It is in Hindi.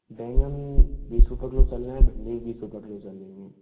बैंगन बीस रुपये किलो चल रहें हैं है भिंडी भी बीस रुपये किलो चल रही है